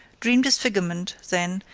dream disfigurement, then,